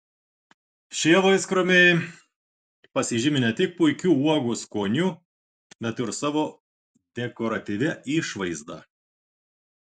šie vaiskrūmiai pasižymi ne tik puikiu uogų skoniu bet ir savo dekoratyvia išvaizda